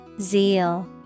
zeal